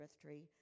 tree